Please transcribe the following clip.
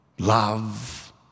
love